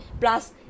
Plus